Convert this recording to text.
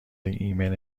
ایمن